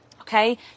Okay